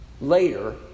later